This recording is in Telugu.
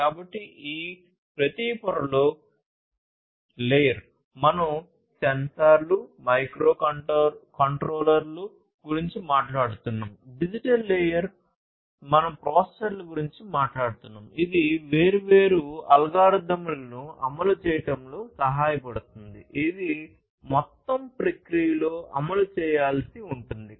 కాబట్టి ఈ ప్రతి పొరలలో మనం సెన్సార్లు మైక్రోకంట్రోలర్ల గురించి మాట్లాడుతున్నాము డిజిటల్ లేయర్ మేము ప్రాసెసర్ల గురించి మాట్లాడుతున్నాము ఇది వేర్వేరు అల్గారిథమ్లను అమలు చేయడంలో సహాయపడుతుంది ఇది మొత్తం ప్రక్రియలలో అమలు చేయాల్సి ఉంటుంది